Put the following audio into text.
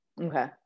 Okay